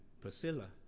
Priscilla